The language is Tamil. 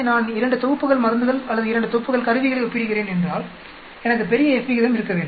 நான் 2 தொகுப்புகள் மருந்துகள் அல்லது 2 தொகுப்புகள் கருவிகளை ஒப்பிடுகிறேன் என்றால் எனக்கு பெரிய F விகிதம் இருக்க வேண்டும்